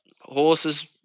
horses